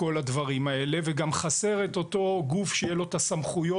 אני יוצאת מכאן מיואשת, אבל עם רוח קרב.